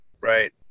right